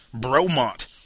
Bromont